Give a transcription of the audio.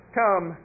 come